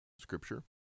scripture